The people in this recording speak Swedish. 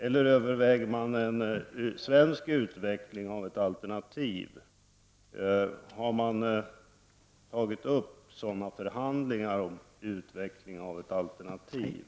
Eller överväger man en svensk utveckling av ett alternativ? Har man tagit upp sådana förhandlingar om utvecklingen av ett alternativ?